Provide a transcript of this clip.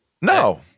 No